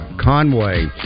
Conway